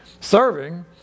serving